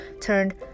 turned